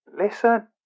Listen